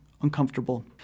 uncomfortable